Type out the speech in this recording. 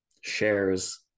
shares